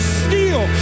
steal